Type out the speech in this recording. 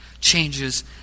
changes